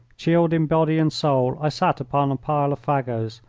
chilled in body and soul, i sat upon a pile of fagots,